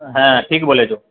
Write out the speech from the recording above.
হ্যাঁ ঠিক বলেছ